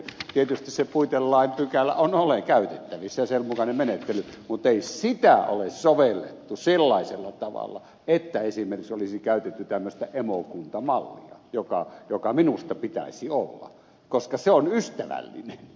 tietysti se puitelain pykälä on käytettävissä ja sen mukainen menettely mutta ei sitä ole sovellettu sellaisella tavalla että esimerkiksi olisi käytetty tämmöistä emokuntamallia joka minusta pitäisi olla koska se on ystävällinen